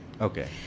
Okay